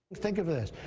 think of this,